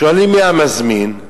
שואלים: מי המזמין?